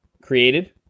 created